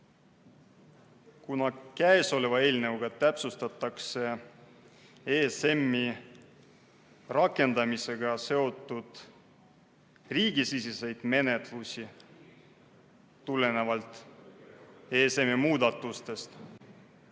Kuna eelnõuga täpsustatakse ESM‑i rakendamisega seotud riigisiseseid menetlusi tulenevalt ESM‑i muudatustest,